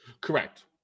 Correct